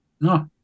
No